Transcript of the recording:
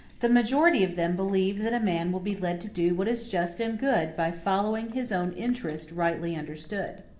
the majority of them believe that a man will be led to do what is just and good by following his own interest rightly understood.